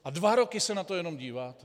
A dva roky se na to jenom díváte.